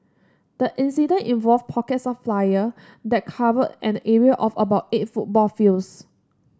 the incident involved pockets of fire that covered an area of about eight football fields